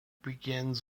begins